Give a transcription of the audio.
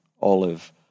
Olive